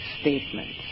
statements